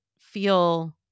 feel